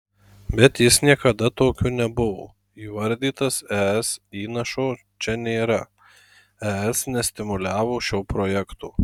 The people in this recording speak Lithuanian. bet jis niekada tokiu nebuvo įvardytas es įnašo čia nėra es nestimuliavo šio projekto